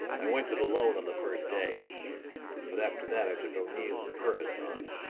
i went it alone on the first day but after that i took o'neill and purvis on.